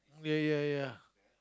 ya ya ya